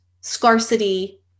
scarcity